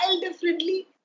differently